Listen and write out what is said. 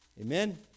Amen